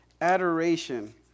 adoration